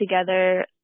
together